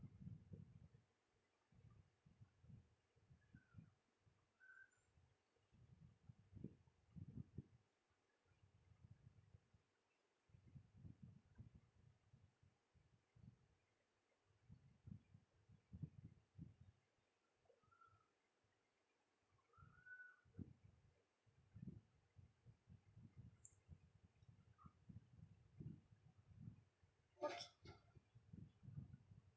okay